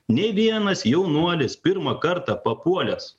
nei vienas jaunuolis pirmą kartą papuolęs